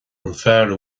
fear